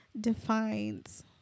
defines